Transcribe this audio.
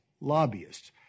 lobbyists